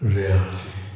reality